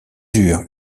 eurent